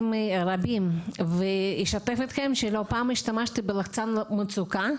רבים ואשתף אתכם שלא פעם השתמשתי בלחצן המצוקה,